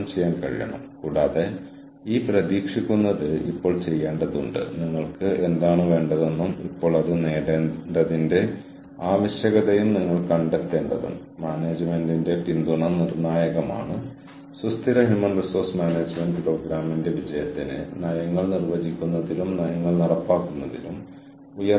വ്യക്തിഗത തലത്തിലുള്ള വ്യത്യസ്ത ആളുകൾക്ക് വ്യത്യസ്ത കഴിവുകളുണ്ട് അവർ ഓർഗനൈസേഷന്റെ മൊത്തത്തിലുള്ള ക്രമീകരണത്തിനും ഓർഗനൈസേഷൻ പ്രതിജ്ഞാബദ്ധമായ കാര്യങ്ങൾക്കും ഒരു ക്ലയന്റ് അല്ലെങ്കിൽ ക്ലയന്റുകൾക്ക് വേണ്ടി ചെയ്യുന്നതിലേക്കും സംഭാവന ചെയ്യുന്നു